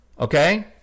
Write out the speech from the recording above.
okay